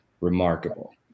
remarkable